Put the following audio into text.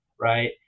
right